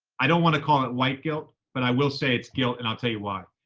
i don't wann call it white guilt, but i will say it's guilt, and i'll tell you why.